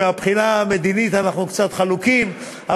מהבחינה המדינית אנחנו קצת חלוקים.